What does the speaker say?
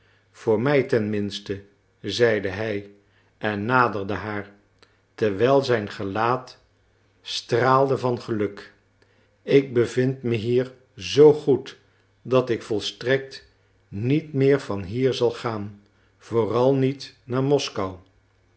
voor mij ten minste zeide hij en naderde haar terwijl zijn gelaat straalde van geluk ik bevind me hier zoo goed dat ik volstrekt niet meer van hier zal gaan vooral niet naar moskou